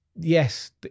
yes